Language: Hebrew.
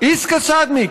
ישכה שדמי,